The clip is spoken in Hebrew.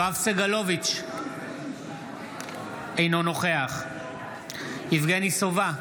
יואב סגלוביץ' אינו נוכח יבגני סובה,